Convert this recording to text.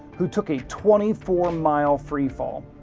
who took a twenty four mile free fall.